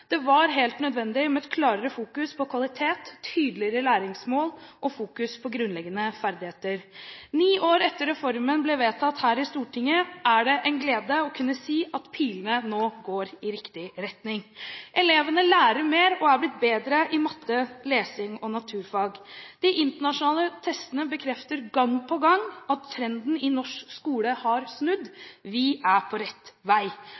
Det var helt nødvendig med et klarere fokus på kvalitet, tydeligere læringsmål og grunnleggende ferdigheter. Ni år etter at reformen ble vedtatt her i Stortinget, er det en glede å kunne si at pilene nå går i riktig retning. Elevene lærer mer og er blitt bedre i matte, lesing og naturfag. De internasjonale testene bekrefter gang på gang at trenden i norsk skole har snudd. Vi er på rett vei.